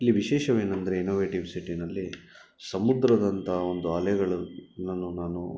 ಇಲ್ಲಿ ವಿಶೇಷವೇನೆಂದರೆ ಇನೋವೇಟಿವ್ ಸಿಟಿನಲ್ಲಿ ಸಮುದ್ರದಂಥ ಒಂದು ಅಲೆಗಳು ನಾನು ನಾನು